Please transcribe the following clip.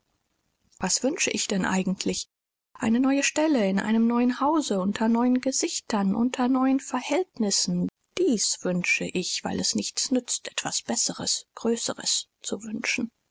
was wünsche ich denn eigentlich eine neue stelle in einem neuen hause unter neuen gesichtern unter neuen verhältnissen dies wünsche ich weil es nichts nützt etwas besseres größeres zu wünschen